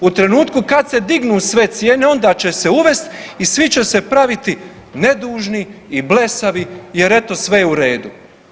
U trenutku kad se dignu sve cijene onda će se uvesti i svi će se praviti nedužni i blesavi jer eto sve je u redu.